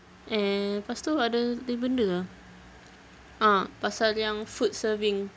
and lepas tu ada lain benda ah ah pasal yang food serving